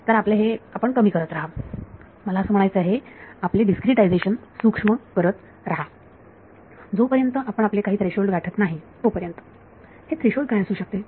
तर आपले हे आपण कमी करत रहा मला म्हणायचं आहे आपले डिस्क्रीटायझेशन सूक्ष्म करत रहा हा जोपर्यंत आपण आपले काही थ्रेशोल्ड गाठत नाही